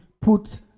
put